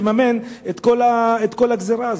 לממן את כל הגזירה הזאת?